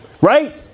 right